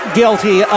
guilty